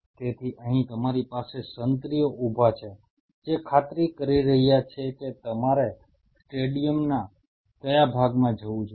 તેથી અહીં તમારી પાસે સંત્રીઓ ઉભા છે જે ખાતરી કરી રહ્યા છે કે તમારે સ્ટેડિયમના કયા ભાગમાં જવું જોઈએ